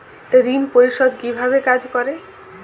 ঋণ পরিশোধ কিভাবে কাজ করে?